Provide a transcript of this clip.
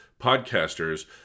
podcasters